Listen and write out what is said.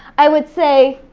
i would say